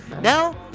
Now